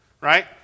right